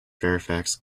fairfax